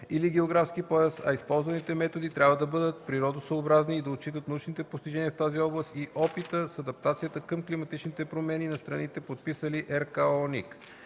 или географски пояс, а използваните методи трябва да бъдат природосъобразни и да отчитат научните постижения в тази област и опита с адаптацията към климатичните промени на страните, подписали РКООНИК;